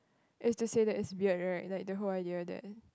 is to say that is weird right like the whole idea that